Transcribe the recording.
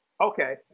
Okay